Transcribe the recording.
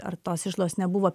ar tos išlaidos nebuvo